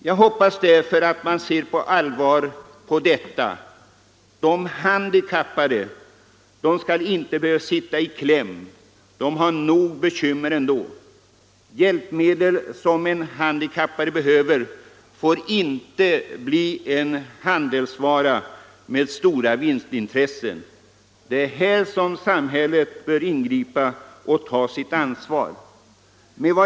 Jag hoppas därför att utskottet ser med allvar på denna fråga. De handikappade skall inte behöva komma i kläm — de har nog med bekymmer ändå. Ett hjälpmedel som en handikappad behöver får inte bli en handelsvara med stora vinstintressen. Det är här som samhället bör ingripa och ta sitt ansvar.